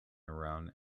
around